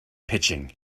pitching